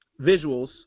visuals